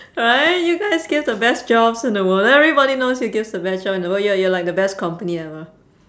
right you guys give the best jobs in the world everybody knows you gives the best job in the world you're you're like the best company ever